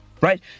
right